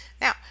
Now